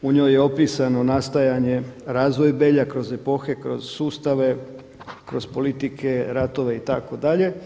U njoj je napisano nastajanje, razvoj Belja kroz epohe, kroz sustave, kroz politike, kroz ratove itd.